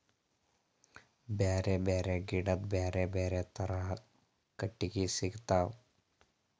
ಬ್ಯಾರೆ ಬ್ಯಾರೆ ಗಿಡದ್ ಬ್ಯಾರೆ ಬ್ಯಾರೆ ಥರದ್ ಕಟ್ಟಗಿ ಸಿಗ್ತವ್